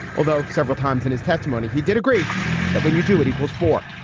although several times in his testimony he did agree that when you do, it equals four.